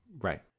Right